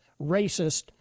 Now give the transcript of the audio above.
racist